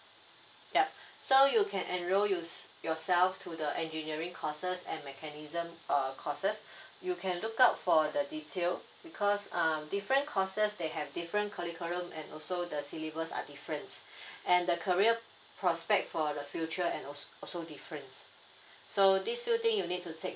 yup so you can enrol you~ yourself to the engineering courses and mechanical err courses you can look out for the detail because um different courses they have different curriculum and also the syllabus are different and the career prospect for the future and also also different so these two things you need to take